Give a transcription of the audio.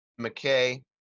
McKay